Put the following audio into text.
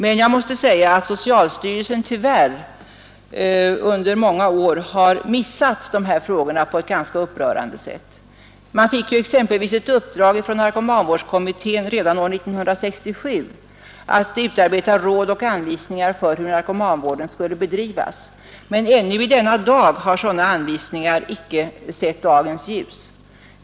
Men jag måste säga att socialstyrelsen tyvärr under många år har missat dessa frågor på ett ganska upprörande sätt. Man fick exempelvis år 1967 ett uppdrag från narkomanvårdskommittén att utarbeta råd och anvisningar för hur narkomanvården skulle bedrivas. Men ännu i denna dag har sådana anvisningar icke sett dagens ljus.